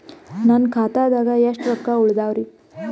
ನನ್ನ ಖಾತಾದಾಗ ಎಷ್ಟ ರೊಕ್ಕ ಉಳದಾವರಿ?